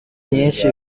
nyinshi